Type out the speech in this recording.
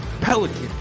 Pelican